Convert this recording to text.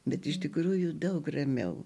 bet iš tikrųjų daug ramiau